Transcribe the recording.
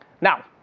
Now